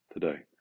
today